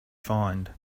find